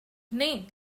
nay